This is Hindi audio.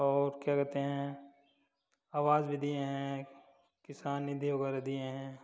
और क्या कहते हैं आवाज़ भी दिए हैं किसान निधि वगैरह दिए हैं